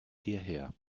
hierher